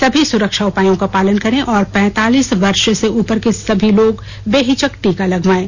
सभी सुरक्षा उपायों का पालन करें और पैंतालीस वर्ष से उपर के सभी लोग बेहिचक टीका लगवायें